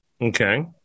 Okay